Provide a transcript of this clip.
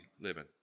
living